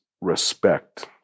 respect